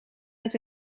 net